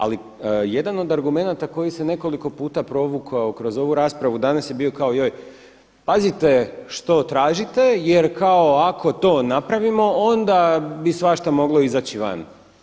Ali jedan od argumenata koji se nekoliko puta provukao kroz ovu raspravu danas je bio joj pazite što tražite, jer kao ako to napravimo, onda bi svašta moglo izaći van.